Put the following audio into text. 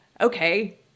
Okay